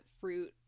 fruit